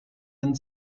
and